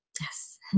Yes